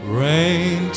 rain